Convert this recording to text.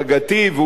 והוא יהיה,